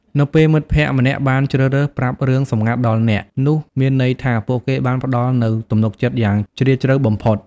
នៅពេលមិត្តភក្តិម្នាក់បានជ្រើសរើសប្រាប់រឿងសម្ងាត់ដល់អ្នក នោះមានន័យថាពួកគេបានផ្តល់នូវទំនុកចិត្តយ៉ាងជ្រាលជ្រៅបំផុត។